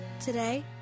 Today